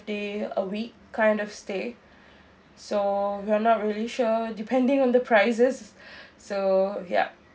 day a week kind of stay so we're not really sure depending on the prices so yup